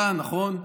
חלשה, נכון.